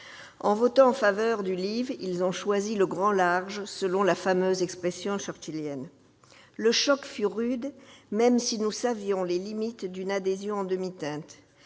En votant en faveur du, ils ont choisi le « grand large », selon la fameuse expression churchillienne. Le choc fut rude même si nous savions les limites d'une adhésion en demi-teinte